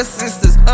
sisters